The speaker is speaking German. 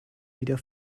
wieder